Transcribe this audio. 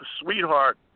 sweetheart